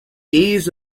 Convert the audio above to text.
ease